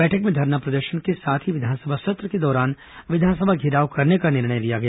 बैठक में धरना प्रदर्शन के साथ ही विधानसभा सत्र के दौरान विधानसभा घेराव करने का निर्णय लिया गया